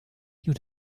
you